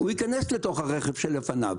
הוא ייכנס לתוך הרכב שלפניו,